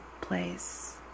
place